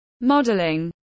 modeling